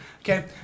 Okay